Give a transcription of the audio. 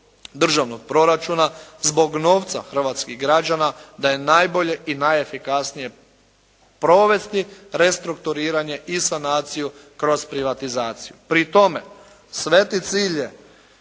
državnog proračuna, zbog novce hrvatskih građana, da je najbolje i najefikasnije provesti prestrukturiranje i sanaciju kroz privatizaciju. Pri tome, sveti cilj